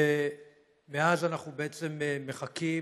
ומאז אנחנו בעצם מחכים